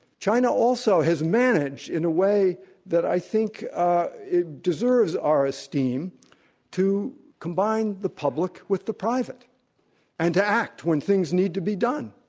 china also has managed in a way that i think it deserves our esteem to combine the public with the private and to act when things need to be done.